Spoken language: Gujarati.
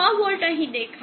6 વોલ્ટ અહીં દેખાશે